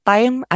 Time